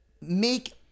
make